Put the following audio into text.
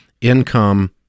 income